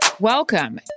Welcome